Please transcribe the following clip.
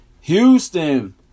Houston